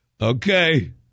Okay